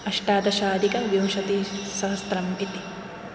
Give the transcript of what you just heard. अष्टादशाधिकविंशतिसहस्रम् इति